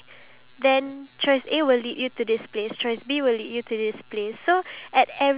true so you must always have like something to drive you forward